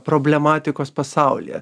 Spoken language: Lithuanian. problematikos pasaulyje